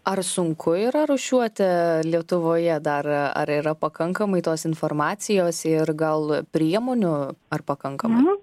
ar sunku yra rūšiuoti lietuvoje dar ar yra pakankamai tos informacijos ir gal priemonių ar pakankama